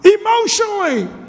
emotionally